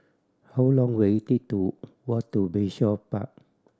how long will it take to walk to Bayshore Park